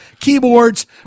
keyboards